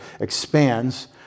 expands